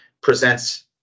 presents